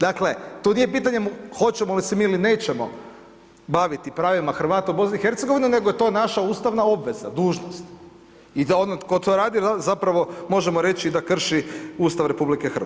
Dakle, to nije pitanje, hoćemo li se mi ili nećemo baviti Hrvatima u BIH nego je to naša ustavna obveza, dužnost, i onaj koji to radi, zapravo možemo reći da krši Ustav RH.